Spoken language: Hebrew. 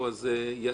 יעל.